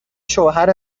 شوهر